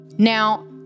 Now